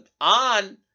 on